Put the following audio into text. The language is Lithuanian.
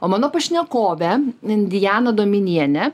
o mano pašnekovė diana dominienė